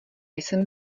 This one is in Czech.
jsem